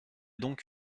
donc